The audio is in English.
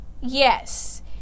Yes